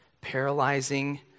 paralyzing